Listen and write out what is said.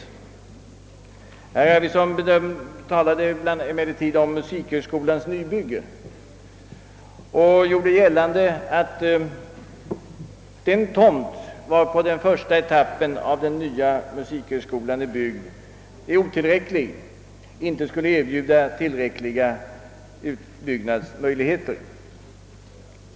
Herr Arvidson talade emellertid om musikhögskolans nybygge och gjorde gällande att den tomt varpå den första etappen av den nya musikhögskolan är byggd är otillräcklig, den skulle inte erbjuda tillräckliga utbyggnadsmöjligheter.